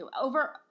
over